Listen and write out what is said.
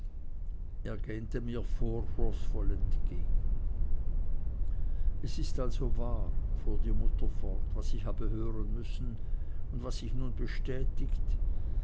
gähnte mir vorwurfsvoll entgegen es ist also wahr fuhr die mutter fort was ich habe hören müssen und was sich nun bestätigt